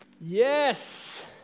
Yes